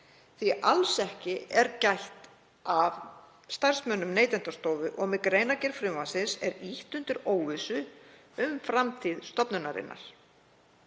því alls ekki er gætt að starfsmönnum Neytendastofu og með greinargerð frumvarpsins er ýtt undir óvissu um framtíð stofnunarinnar.